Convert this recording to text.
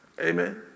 Amen